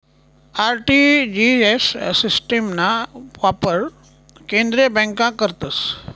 RTGS सिस्टिमना वापर केंद्रीय बँका करतस